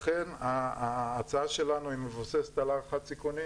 לכן ההצעה שלנו מבוססת על הערכת סיכונים